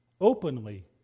openly